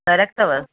barrack अथव